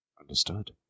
Understood